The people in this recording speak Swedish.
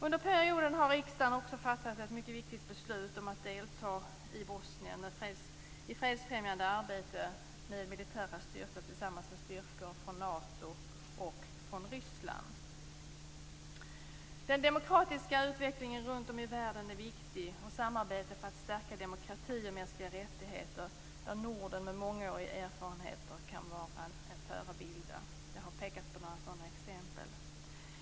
Under perioden har riksdagen också fattat ett mycket viktigt beslut om att delta i det fredsfrämjande arbetet i Bosnien med militära styrkor tillsammans med styrkor från Nato och från Ryssland. Den demokratiska utvecklingen runt om i världen är viktig. Samarbete för att stärka demokrati och mänskliga rättigheter är också viktigt. Här kan vi i Norden med vår mångåriga erfarenhet vara förebilder. Det har pekats på några sådana exempel.